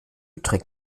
trägt